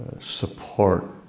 support